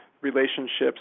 relationships